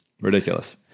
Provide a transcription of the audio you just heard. Ridiculous